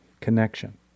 connection